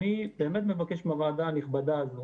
אני מבקש מהוועדה הנכבדה הזאת